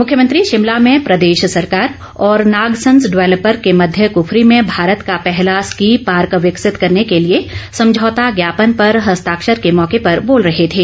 मुख्यमंत्री शिमला में प्रदेश सरकार और नागसंन्ज डेवेलपर के मध्य क्फरी में भारत का पहला स्की पार्क विकसित करने के लिए समझौता ज्ञापन पर हस्ताक्षर के मौके पर बोल रहे थे